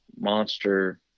monster